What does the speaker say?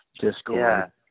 Discord